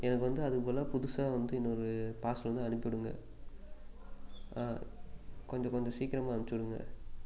எனக்கு வந்து அதுக்கு பதிலாக புதுசா வந்து இன்னொரு பார்சல் வந்து அனுப்பி விடுங்க கொஞ்சம் கொஞ்சம் சீக்கிரமாக அனுப்பிச்சுடுங்க